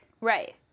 right